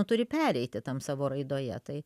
turi pereiti tam savo raidoje tai